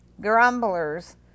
grumblers